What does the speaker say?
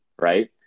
right